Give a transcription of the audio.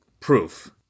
proof